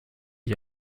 ich